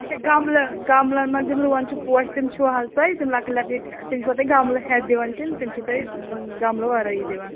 اچھا گملہٕ گملن منٛز یِم روٗوان چھِ پوش تِم چھِوٕ حظ تۅہہِ تِم لۅکٕٹۍ لۅکٕٹۍ تِم چھِوا تُہۍ گملہٕ ہیٚتھ دِوان کِنہٕ تِم چھِوٕ تُہۍ گَملہٕ ؤرٲیی دِوان